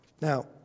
Now